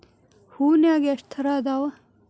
ಹೂನ್ಯಾಗ ಎಷ್ಟ ತರಾ ಅದಾವ್?